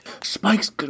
Spike's